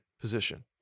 position